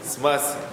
"סמסים".